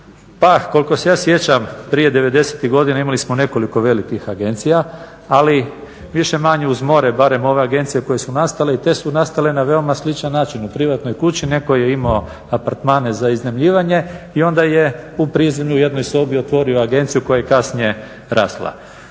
Pa koliko se ja sjećam prije '90.-tih godina imali smo nekoliko velikih agencija ali više-manje uz more barem ove agencije koje su nastale i te su nastale na veoma sličan način u privatnoj kući netko je imao apartmane za iznajmljivanje i onda je u prizemlju u jednoj sobi otvorio agenciju koja je kasnije rasla.